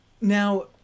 Now